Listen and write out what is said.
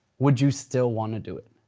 would you still wanna do it?